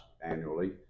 annually